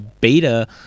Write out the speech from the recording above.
beta